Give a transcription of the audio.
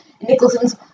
Nicholson's